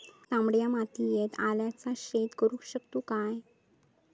तामड्या मातयेत आल्याचा शेत करु शकतू काय?